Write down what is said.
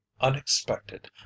unexpected